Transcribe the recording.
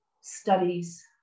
studies